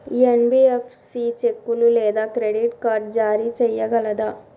NBFC చెక్కులు లేదా credit card జారీ చేయగలదా?